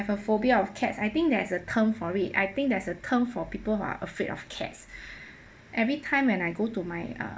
I have a phobia of cats I think there is a term for it I think there's a term for people who are afraid of cats every time when I go to my uh